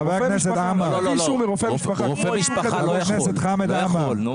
רופא משפחה לא יכול.